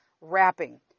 wrapping